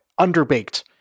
underbaked